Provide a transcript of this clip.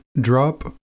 drop